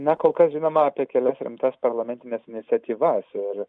na kol kas žinoma apie kelias rimtas parlamentines iniciatyvas ir